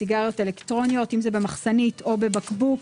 סיגריות אלקטרוניות אם זה במחסנית או בבקבוק